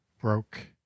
broke